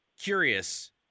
curious –